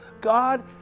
God